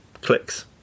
clicks